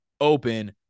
open